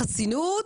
החסינות,